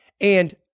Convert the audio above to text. and-